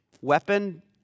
weapon